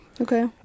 Okay